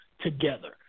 together